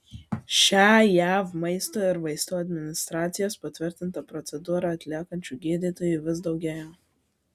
šią jav maisto ir vaistų administracijos patvirtintą procedūrą atliekančių gydytojų vis daugėja